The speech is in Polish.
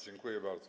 Dziękuję bardzo.